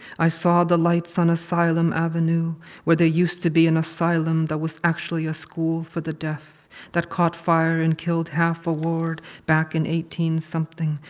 i saw the lights on asylum avenue where there used to be an asylum that was actually a school for the deaf that caught fire and killed half a ward back in eighteen something.